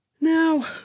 now